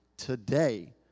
today